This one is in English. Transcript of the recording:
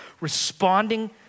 Responding